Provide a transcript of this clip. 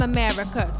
America